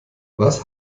was